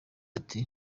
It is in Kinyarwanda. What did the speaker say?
ati